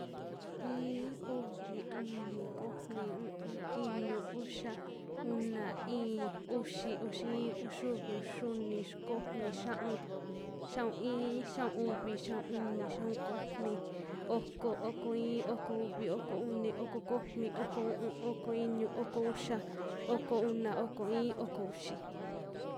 Iin, uvi, uni, komi, u'un, iñu, uxa, una, i'in, uxi, uxi iin, uxiuvi, uxiuni, uxi komi, xia'un, xia'un iin, xia'un uvi, xia'un uni, xia'un komi, oko, oko iin, oko uvi, oko uni, oko komi, oko u'un, oko iñu, oko uxa, oko una, oko i'in, oko uxi.